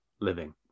living